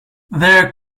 there